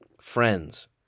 friends